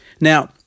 Now